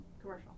Commercial